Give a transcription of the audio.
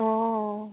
অঁ